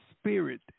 spirit